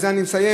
בזה אני מסיים,